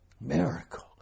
Miracle